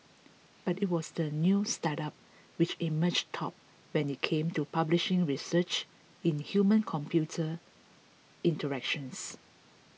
but it was the new startup which emerged top when it came to publishing research in human computer interactions